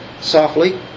softly